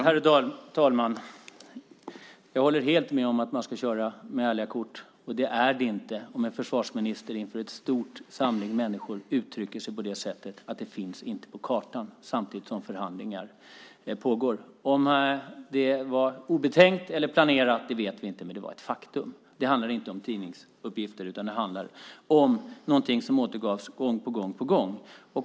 Herr talman! Jag håller helt med om att man ska köra med ärliga kort. Det är det inte om en försvarsminister inför en stor samling människor uttalar att det inte finns på kartan, samtidigt som förhandlingar pågår. Om det var obetänksamt eller planerat, vet vi inte. Men det är faktum. Det handlar inte om tidningsuppgifter, utan det är något som återgavs gång på gång.